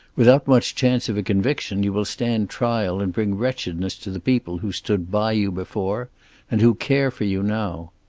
without much chance of a conviction you will stand trial and bring wretchedness to the people who stood by you before and who care for you now.